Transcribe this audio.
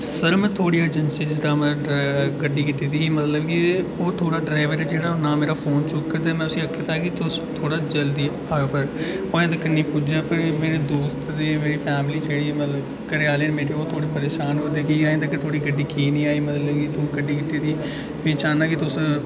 sir में थुआडढ़ी agency थमां गड्डी कीती दी ही मतलब मिं ओह् थुआढ़ा ड्राईवर जेह्ड़ा नां मेरा फोन चुक्का दे में उसी आक्खे दा कि तुस थोह्ड़ी जल्दी आएयो ओह् अजें तकर निं पुज्जा मेरे दोस्त दी फैमिली जेह्ड़ी मतलब घरैआह्ली ओह् थोह्ड़ी परेशान होआ दी कि अजे तकर थोआड़ी गड्डी की निं आई मतलब की थोहें गड्डी कीती दी ही में चाह्ना की तोस